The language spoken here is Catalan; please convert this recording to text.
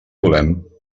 volem